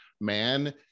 man